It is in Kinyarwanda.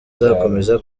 izakomeza